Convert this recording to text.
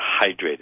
hydrated